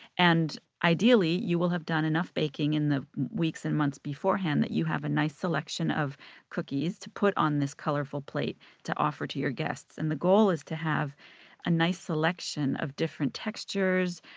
and ideally, you will have done enough baking in the weeks and months beforehand that you have a nice selection of cookies to put on this colorful plate to offer to your guests. and the goal is to have a nice selection of different textures.